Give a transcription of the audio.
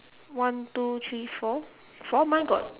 one two three four four mine got